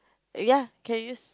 ya can use